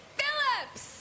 Phillips